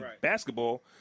basketball